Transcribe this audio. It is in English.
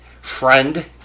friend